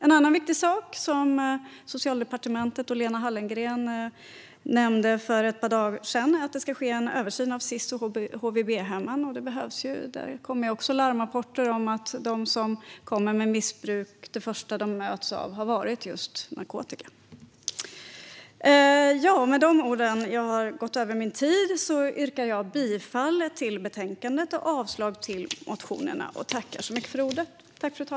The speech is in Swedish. En viktig sak som Socialdepartementet och Lena Hallengren nämnde för ett par dagar sedan är att det ska ske en översyn av Sis och HVB-hemmen, vilket behövs. Det kommer larmrapporter om att det första de som kommer dit med missbruk har mötts av har varit narkotika. Med dessa ord yrkar jag bifall till utskottets förslag till beslut och avslag på motionerna.